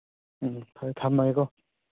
ꯎꯝ ꯐꯔꯦ ꯊꯝꯃꯒꯦꯀꯣ